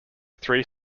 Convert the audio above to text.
three